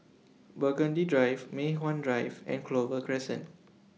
Burgundy Drive Mei Hwan Drive and Clover Crescent